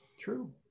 True